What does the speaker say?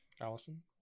allison